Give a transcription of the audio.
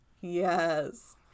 yes